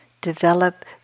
develop